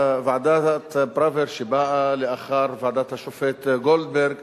ועדת-פראוור, שבאה לאחר ועדת השופט גולדברג